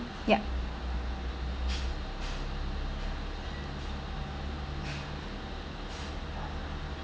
yeah